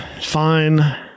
fine